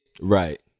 Right